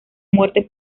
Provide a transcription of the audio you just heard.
muerte